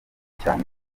cyane